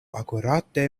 akurate